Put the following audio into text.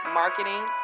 marketing